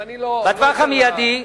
זה מצער אותי.